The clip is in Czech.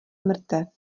mrtev